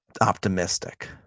optimistic